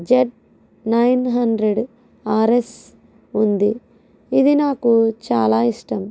Z nine hundred RS ఉంది ఇది నాకు చాలా ఇష్టం